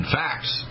facts